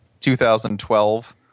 2012